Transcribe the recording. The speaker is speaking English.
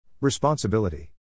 Responsibility